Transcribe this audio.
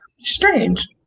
strange